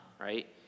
right